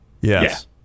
Yes